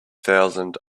thousand